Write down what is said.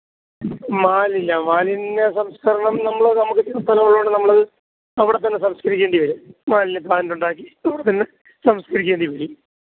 മാലിന്യം മാലിന്യ സംസ്കരണം നമ്മൾ നമുക്ക് ചെയ്യാന് സ്ഥലം ഉള്ളത് കൊണ്ട് നമ്മളത് അവിടെത്തന്നെ സംസ്കരിക്കേണ്ടി വരും മാലിന്യ പ്ലാന്റ്റൊണ്ടാക്കി ഇവിടെത്തന്നെ സംസ്കരിക്കേണ്ടി വരും